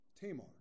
Tamar